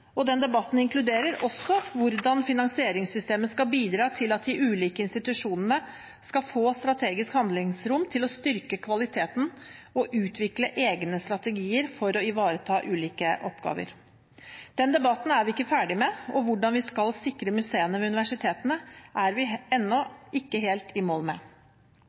oppgaver. Den debatten er vi ikke ferdige med. Hvordan vi skal sikre museene ved universitetene, er vi ennå ikke helt i mål med.